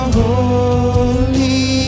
holy